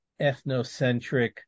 ethnocentric